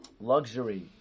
luxury